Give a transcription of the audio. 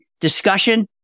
discussion